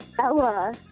Ella